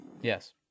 Yes